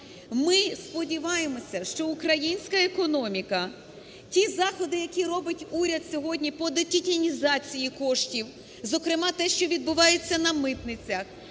Ми сподіваємося, що українська економіка, ті заходи, які робить уряд сьогодні по детінізації коштів, зокрема, те, що відбувається на митницях